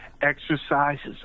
Exercises